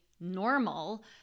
normal